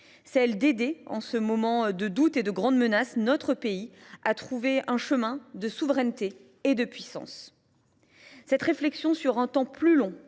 notre pays, en ce moment de doutes et de grandes menaces, à trouver un chemin de souveraineté et de puissance. Cette réflexion sur un temps plus long